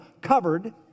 covered